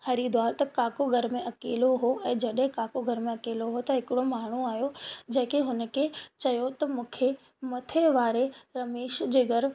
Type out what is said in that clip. हरिद्वार त काको घर में अकेलो हो ऐं जॾहिं काको घर में अकेलो हो त हिकिड़ो माण्हू आयो जेके हुन खे चयो त मूंखे मथे वारे रमेश जे घर